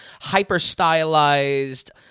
hyper-stylized